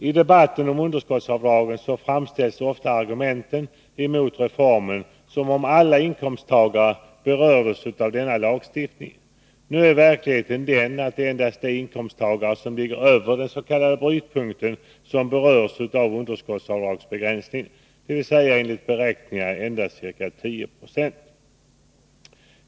I debatten om underskottsavdragen framställs argumenten mot reformen som om alla inkomsttagare berördes av denna lagstiftning. Nu är verkligheten den att endast inkomsttagare som ligger över den s.k. brytpunkten berörs av underskottsavdragsbegränsningen, dvs. enligt beräkningar endast ca 10 90.